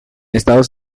estados